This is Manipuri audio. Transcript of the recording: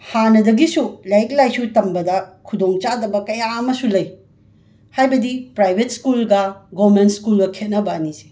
ꯍꯥꯟꯅꯗꯒꯤꯁꯨ ꯂꯥꯏꯔꯤꯛ ꯂꯥꯏꯁꯨ ꯇꯝꯕꯗ ꯈꯨꯗꯣꯡꯆꯥꯗꯕ ꯀꯌꯥ ꯑꯃꯁꯨ ꯂꯩ ꯍꯥꯏꯕꯗꯤ ꯄ꯭ꯔꯥꯏꯕꯦꯠ ꯁ꯭ꯀꯨꯜꯒ ꯒꯣꯃꯦꯟ ꯁ꯭ꯀꯨꯜꯒ ꯈꯦꯠꯅꯕ ꯑꯅꯤꯁꯦ